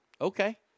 Okay